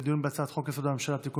לדיון בהצעת חוק-יסוד: הממשלה (תיקון,